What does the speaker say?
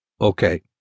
Okay